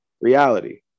reality